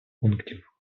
пунктів